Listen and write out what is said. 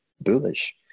bullish